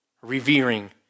Revering